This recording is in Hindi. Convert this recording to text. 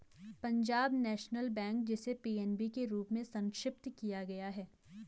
पंजाब नेशनल बैंक, जिसे पी.एन.बी के रूप में संक्षिप्त किया गया है